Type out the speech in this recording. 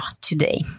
today